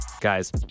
Guys